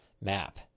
map